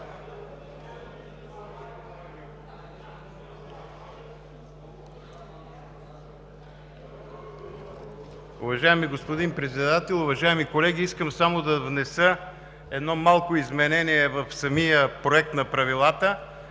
Уважаеми господин Председател, уважаеми колеги! Искам да внеса едно малко изменение в Проекта на правилата.